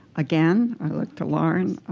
again, i look to lauren.